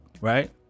right